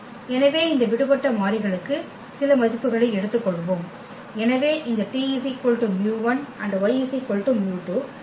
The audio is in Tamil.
எனவே இந்த விடுபட்ட மாறிகளுக்கு சில மதிப்புகளை எடுத்துக்கொள்வோம் எனவே இந்த t μ1 y μ2